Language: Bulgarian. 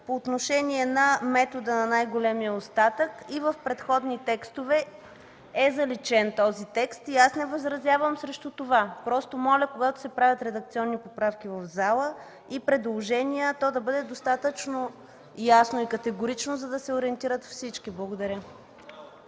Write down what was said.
по отношение на метода на най-големия остатък и в предходни текстове е заличен този текст. Не възразявам срещу това. Просто моля когато се правят редакционни поправки и предложения в залата, то да бъде достатъчно ясно и категорично, за да се ориентират всички. Благодаря.